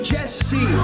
Jesse